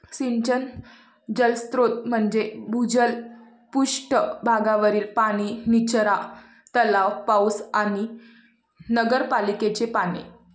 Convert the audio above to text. सिंचन जलस्रोत म्हणजे भूजल, पृष्ठ भागावरील पाणी, निचरा तलाव, पाऊस आणि नगरपालिकेचे पाणी